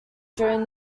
during